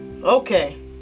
Okay